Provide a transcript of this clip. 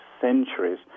centuries